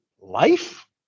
life